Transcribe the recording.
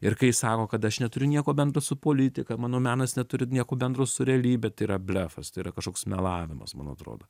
ir kai sako kad aš neturiu nieko bendro su politika mano menas neturi nieko bendro su realybe tai yra blefas tai yra kažkoks melavimas man atrodo